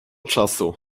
czasu